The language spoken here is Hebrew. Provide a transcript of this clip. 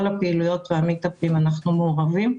כל הפעילויות, אנחנו מעורבים בהן.